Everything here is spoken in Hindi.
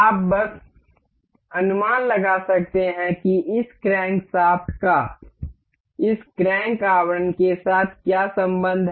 आप बस अनुमान लगा सकते हैं कि इस क्रैंकशाफ्ट का इस क्रैंक आवरण के साथ क्या संबंध है